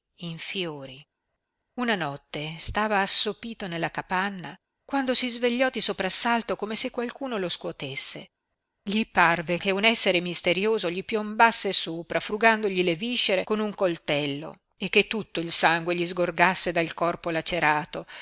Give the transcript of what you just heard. in fiori una notte stava assopito nella capanna quando si svegliò di soprassalto come se qualcuno lo scuotesse gli parve che un essere misterioso gli piombasse sopra frugandogli le viscere con un coltello e che tutto il sangue gli sgorgasse dal corpo lacerato